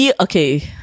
okay